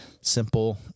simple